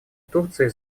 турции